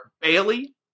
Bailey